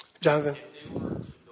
Jonathan